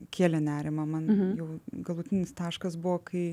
kėlė nerimą man jau galutinis taškas buvo kai